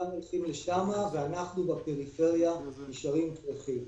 הולכים לשם ואנחנו בפריפריה נשארים קרחים.